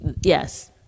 Yes